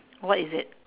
what is it